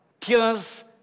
Tears